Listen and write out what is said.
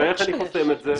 הרי איך אני חוסם את זה?